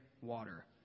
Water